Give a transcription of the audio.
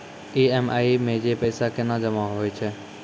EMI मे जे पैसा केना जमा होय छै?